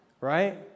Right